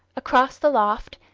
across the loft,